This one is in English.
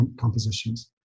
compositions